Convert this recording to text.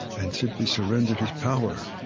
and simply surrendered his power.